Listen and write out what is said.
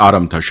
આરંભ થશે